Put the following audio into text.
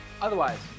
Otherwise